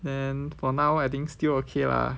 then for now I think still okay lah